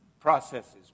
processes